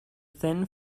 thin